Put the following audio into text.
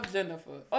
Jennifer